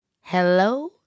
Hello